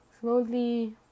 slowly